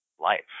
Life